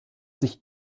sich